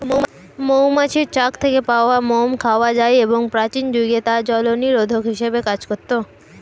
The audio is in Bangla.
মৌমাছির চাক থেকে পাওয়া মোম খাওয়া যায় এবং প্রাচীন যুগে তা জলনিরোধক হিসেবে কাজ করত